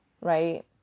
right